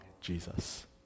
Jesus